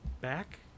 back